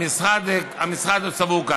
המשרד לא סבור כך.